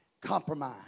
Compromise